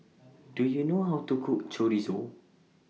Do YOU know How to Cook Chorizo